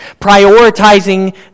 prioritizing